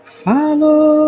follow